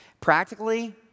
Practically